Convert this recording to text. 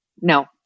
no